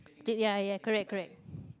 ya ya correct correct